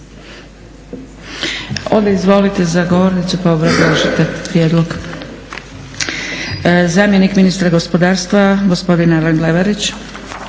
Izvolite za govornicu pa obrazložite prijedlog. Zamjenik ministra gospodarstva gospodin Alen Leverić.